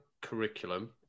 curriculum